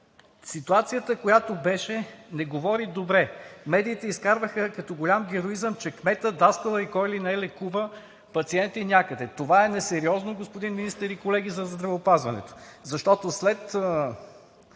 Ситуацията, която беше, не говори добре. Медиите изкарваха като голям героизъм, че кметът, даскалът и кой ли не, лекува пациенти някъде. Това е несериозно, господин Министър и колеги, за здравеопазването. Защото след